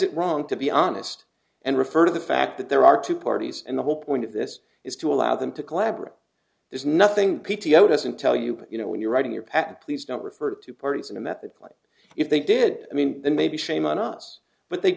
it wrong to be honest and refer to the fact that there are two parties and the whole point of this is to allow them to collaborate there's nothing p t o doesn't tell you but you know when you're writing your patent please don't refer to parties in a method like if they did i mean maybe shame on us but they